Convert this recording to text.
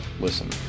listen